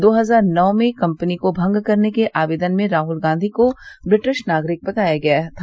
दो हजार नौ में कंपनी को भंग करने के आवेदन में राहुल गांधी को ब्रिटिश नागरिक बताया गया था